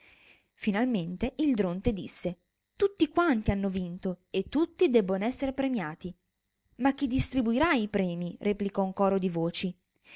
finalmente il dronte disse tuttiquanti hanno vinto e tutti debbon'essere premiati ma chi distribuirà i premii replicò un coro di voci